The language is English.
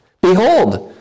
Behold